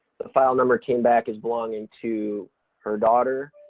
the file number came back as belonging to her daughter.